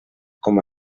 com